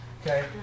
okay